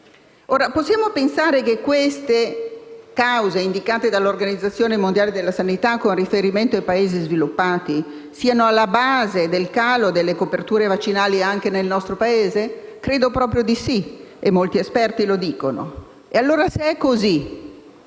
Ora, possiamo pensare che queste cause indicate dall'Organizzazione mondiale della sanità con riferimento ai Paesi sviluppati siano alla base del calo delle coperture vaccinali anche nel nostro Paese? Credo proprio di sì e molti esperti lo dicono. Se è così,